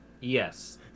Yes